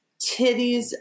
titties